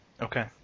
okay